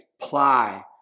apply